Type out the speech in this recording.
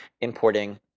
importing